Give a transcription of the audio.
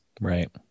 Right